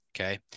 okay